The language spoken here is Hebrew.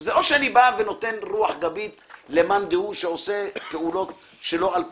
זה לא שאני בא ונותן רוח גבית למאן דהוא שמבצע פעולות שאינן חוקיות,